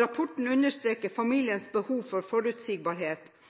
Rapporten understreker familienes behov for forutsigbarhet,